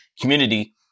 community